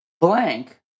Blank